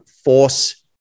force